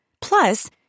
Plus